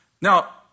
Now